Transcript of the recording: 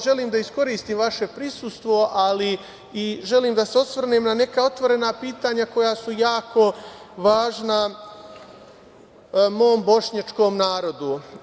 Želim da iskoristim vaše prisustvo, ali i želim da se osvrnem na neka otvorena pitanja koja su jako važna mom bošnjačkom narodu.